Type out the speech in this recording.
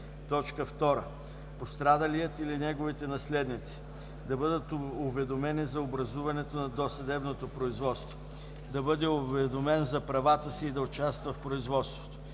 език; 2. пострадалия или на неговите наследници – да бъде уведомен за образуването на досъдебното производство; да бъде уведомен за правата си и да участва в производството;